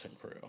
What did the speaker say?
crew